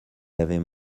avaient